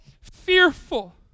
fearful